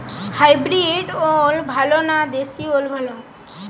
Hybrid ওল ভালো না দেশী ওল ভাল?